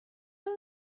دارم